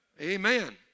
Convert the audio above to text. Amen